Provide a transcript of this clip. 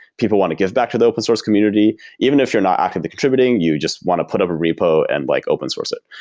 people want to give back to the open source community, even if you're not actively contributing, you just want to put up a repo and like open source it.